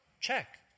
Check